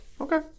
okay